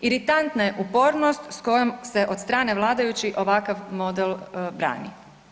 Iritantna je upornost s kojom se od strane vladajućih ovakav model brani.